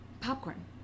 popcorn